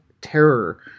Terror